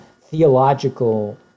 theological